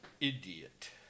idiot